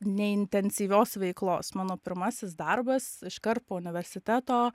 neintensyvios veiklos mano pirmasis darbas iškart po universiteto